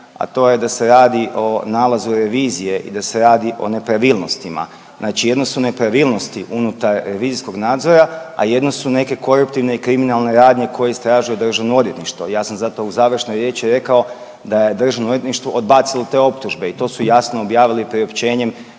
a to je da se radi o nalazi revizije i da se radi o nepravilnostima. Znači jedno su nepravilnosti unutar revizijskog nadzora, a jedno su neke koruptivne i kriminalne radnje koje istražuje DORH, ja sam zato u završnoj riječi rekao da je DORH odbacilo te optužbe i to su javno objavili priopćenjem,